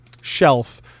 shelf